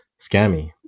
scammy